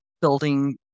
building